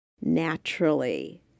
naturally